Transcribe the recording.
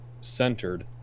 centered